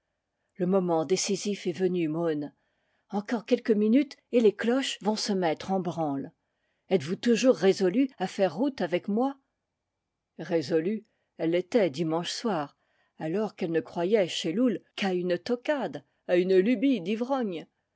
le moment décisif est venu môn encore quelques mi nutes et les cloches vont se mettre en branle etes-vous toujours résolue à faire route avec moi résolue elle l'était dimanche soir alors qu'elle ne croyait chez loull qu'àune toquade à une lubie